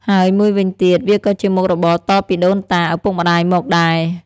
ហើយមួយវិញទៀត វាក៏ជាមុខរបរតពីដូនតា ឪពុកម្ដាយមកដែរ ។